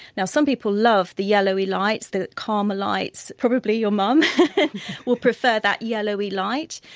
now some people love the yellowy lights, the calmer lights, probably your mum will prefer that yellowy light,